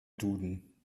duden